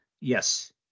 yes